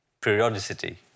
periodicity